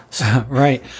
Right